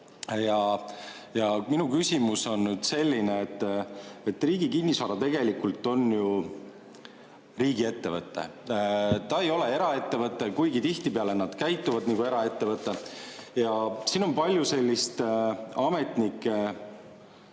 Minu küsimus on selline. Riigi Kinnisvara tegelikult on ju riigiettevõte. Ta ei ole eraettevõte, kuigi tihtipeale nad käituvad nagu eraettevõte. Siin on palju selliseid ametnike